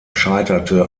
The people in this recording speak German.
scheiterte